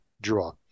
draw